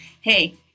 Hey